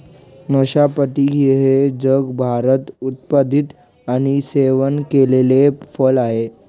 नाशपाती हे जगभरात उत्पादित आणि सेवन केलेले फळ आहे